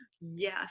yes